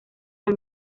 del